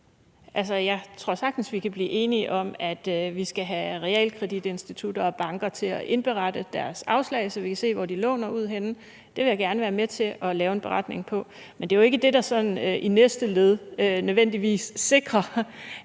Jeg tror sagtens, vi kan blive enige om, at vi skal have realkreditinstitutter og banker til at indberette deres afslag, så vi kan se, hvor de låner ud henne. Det vil jeg gerne være med til at lave en beretning om. Men det er jo ikke det, som i næste led nødvendigvis sikrer,